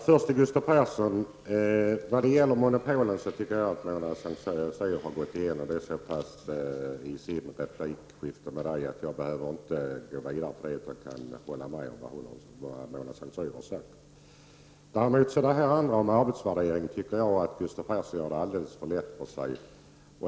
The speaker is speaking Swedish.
Fru talman! Först några ord till Gustav Persson. Jag tycker att Mona Saint Cyr i sin replik till Gustav Persson gick igenom monopolfrågan så pass väl att jag kan nöja mig med att instämma i det som Mona Saint Cyr sade. Vad gäller arbetsvärderingen tycker jag att Gustav Persson gör det alldeles för lätt för sig.